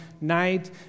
night